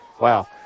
Wow